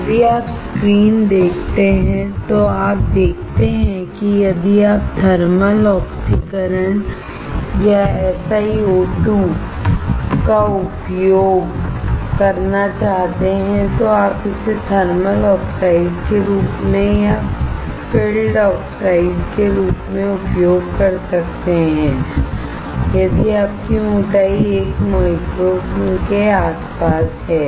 यदि आप स्क्रीन देखते हैं तो आप देखते हैं कि यदि आप थर्मल ऑक्सीकरण या SiO2 का उपयोग करना चाहते हैं तो आप इसे थर्मल ऑक्साइड के रूप में या फील्डऑक्साइड के रूप में उपयोग कर सकते हैं यदि आपकी मोटाई 1 माइक्रोनके आसपास है